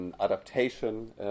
Adaptation